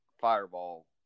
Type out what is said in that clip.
fireball